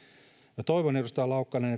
minä toivon edustaja laukkanen